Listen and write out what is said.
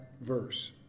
verse